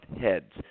heads